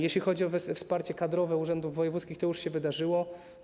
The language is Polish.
Jeśli chodzi o wsparcie kadrowe urzędów wojewódzkich, to już się wydarzyło.